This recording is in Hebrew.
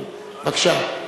כן, בבקשה.